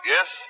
Yes